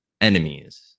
enemies